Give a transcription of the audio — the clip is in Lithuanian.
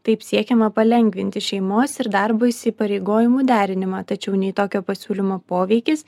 taip siekiama palengvinti šeimos ir darbo įsipareigojimų derinimą tačiau nei tokio pasiūlymo poveikis